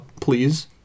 please